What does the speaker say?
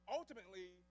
ultimately